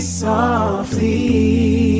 softly